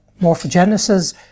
morphogenesis